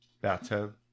bathtub